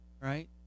right